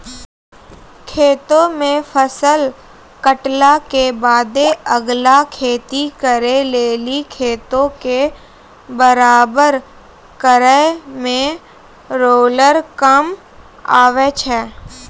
खेतो मे फसल काटला के बादे अगला खेती करे लेली खेतो के बराबर करै मे रोलर काम आबै छै